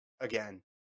again